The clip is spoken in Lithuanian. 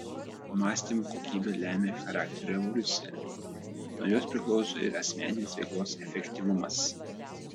mąstymo kokybė lemia charakterio evoliuciją nuo jos priklauso ir asmeninės veiklos efektyvumas